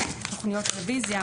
תוכניות טלוויזיה,